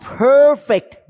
perfect